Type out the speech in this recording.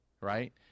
right